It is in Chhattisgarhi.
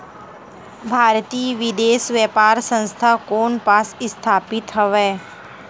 भारतीय विदेश व्यापार संस्था कोन पास स्थापित हवएं?